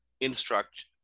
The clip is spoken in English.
instruct